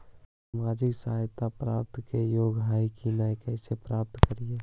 सामाजिक सहायता प्राप्त के योग्य हई कि नहीं कैसे पता करी?